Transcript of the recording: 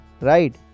Right